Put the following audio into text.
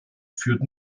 führt